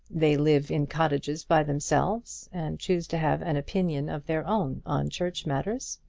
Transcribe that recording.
they live in cottages by themselves, and choose to have an opinion of their own on church matters.